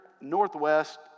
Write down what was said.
northwest